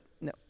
no